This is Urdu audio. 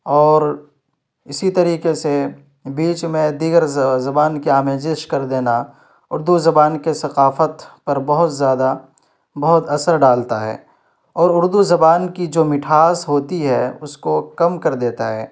اور اسی طریقے سے بیچ میں دیگر زبان كی آمیزش کر دینا اردو زبان کے ثقافت پر بہت زیادہ بہت اثر ڈالتا ہے اور اردو زبان کی جو مٹھاس ہوتی ہے اس کو کم کر دیتا ہے